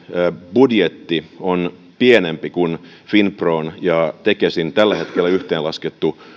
budjetti on pienempi kuin finpron ja tekesin tällä hetkellä yhteenlaskettu